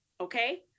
Okay